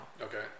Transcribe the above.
Okay